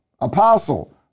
apostle